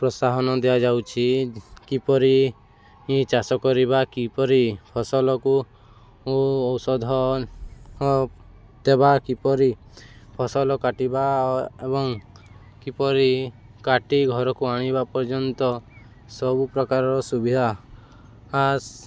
ପ୍ରୋତ୍ସାହନ ଦିଆଯାଉଛି କିପରି ଚାଷ କରିବା କିପରି ଫସଲକୁ ଔଷଧ ଦେବା କିପରି ଫସଲ କାଟିବା ଏବଂ କିପରି କାଟି ଘରକୁ ଆଣିବା ପର୍ଯ୍ୟନ୍ତ ସବୁପ୍ରକାରର ସୁବିଧା ଆ